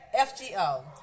FGO